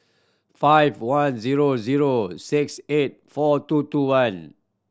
five one zero zero six eight four two two one